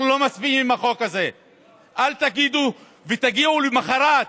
אנחנו לא מצביעים עם החוק הזה, ותגיעו למוחרת,